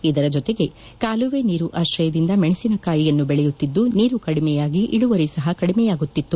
ಇದರ ಜೊತೆಗೆ ಕಾಲುವೆ ನೀರು ಆಶ್ರಯದಿಂದ ಮೆಣಸಿನಕಾಯಿಯನ್ನು ಬೆಳೆಯುತ್ತಿದ್ದು ನೀರು ಕಡಿಮೆಯಾಗಿ ಇಳುವರಿ ಸಹ ಕಡಿಮೆಯಾಗುತ್ತಿತ್ತು